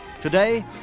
Today